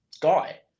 guy